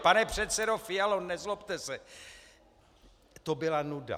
Pane předsedo Fialo, nezlobte se, to byla nuda.